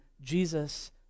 Jesus